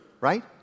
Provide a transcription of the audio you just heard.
Right